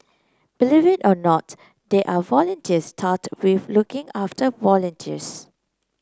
believe it or not there are volunteers tasked with looking after volunteers